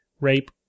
rape